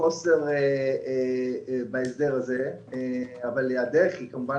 חוסר בהסדר הזה, אבל הדרך היא כמובן